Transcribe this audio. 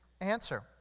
answer